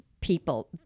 people